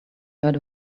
heard